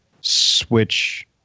switch